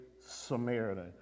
Samaritan